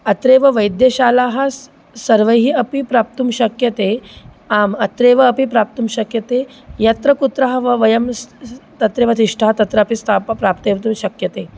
अत्रैव वैद्यशालाः सर्वैः अपि प्राप्तुं शक्यते आम् अत्रैव अपि प्राप्तुं शक्यते यत्र कुत्र वा वयं तत्रैव तिष्ठ तत्रापि स्थाप्य प्रापयितुं शक्यते